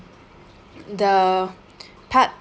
the part